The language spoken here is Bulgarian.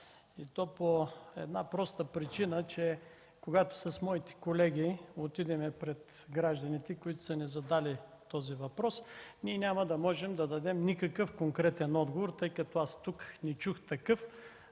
и то по една проста причина. Когато с моите колеги отидем пред гражданите, които са ни задали този въпрос, няма да можем да дадем никакъв конкретен отговор, тъй като тук не чух такъв.